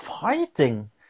fighting